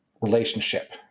relationship